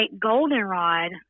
goldenrod